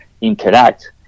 interact